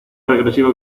regresiva